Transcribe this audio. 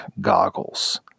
goggles